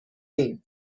ایم